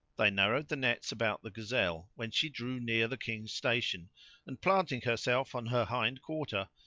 they narrowed the nets about the gazelle when she drew near the king's station and, planting herself on her hind quarter,